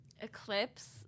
Eclipse